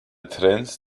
trends